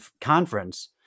conference